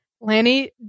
lanny